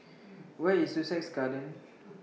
Where IS Sussex Garden